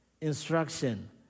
instruction